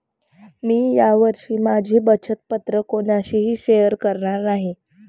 मी या वर्षी माझी बचत पत्र कोणाशीही शेअर करणार नाही